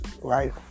right